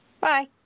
Bye